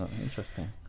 interesting